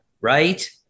right